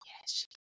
yes